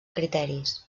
criteris